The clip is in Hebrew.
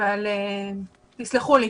אבל תסלחו לי.